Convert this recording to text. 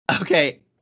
Okay